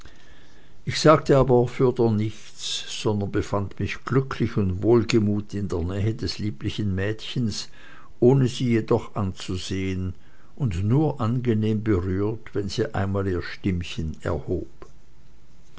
ich aber sagte fürder nichts sondern befand mich glücklich und wohlgemut in der nähe des lieblichen mädchens ohne sie jedoch anzusehen und nur angenehm berührt wenn sie einmal ihr stimmchen erhob